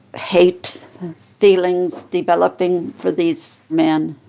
hate feelings developing for these men.